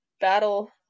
battle